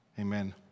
amen